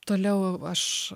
toliau aš